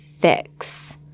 fix